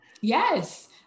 Yes